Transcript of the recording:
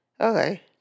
Okay